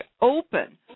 open